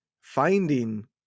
finding